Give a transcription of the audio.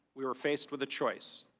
we were faced with a choice.